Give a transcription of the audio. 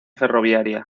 ferroviaria